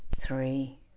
three